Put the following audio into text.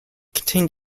contained